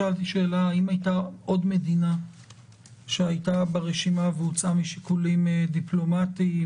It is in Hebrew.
שאלתי האם הייתה עוד מדינה שהייתה ברשימה והוצאה משיקולים דיפלומטיים,